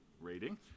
rating